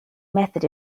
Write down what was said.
method